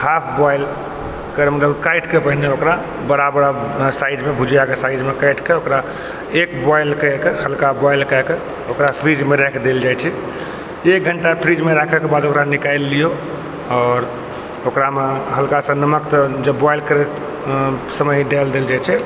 half boil गरम काटि के पहिने ओकरा बड़ा बड़ा साइज मे भुजिया के साइज मे काटि ओकरा के एक बोइल के कऽ हल्का बोइल के कऽ ओकरा फ्रिज मे राखि देल जाइ छै एक घण्टा फ्रिज मे राखै के बाद ओकरा निकालि लियौ आओर ओकरा मे हल्का सा नमक तऽ जब बोइल करति समय हि डालि देल जाइ छै